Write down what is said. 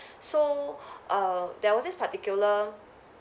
so err there was this particular